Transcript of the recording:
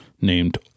named